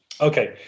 Okay